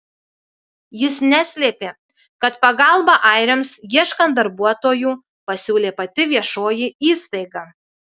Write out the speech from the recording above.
jis neslėpė kad pagalbą airiams ieškant darbuotojų pasiūlė pati viešoji įstaiga